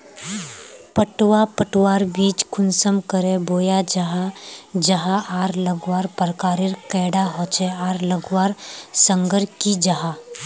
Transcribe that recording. पटवा पटवार बीज कुंसम करे बोया जाहा जाहा आर लगवार प्रकारेर कैडा होचे आर लगवार संगकर की जाहा?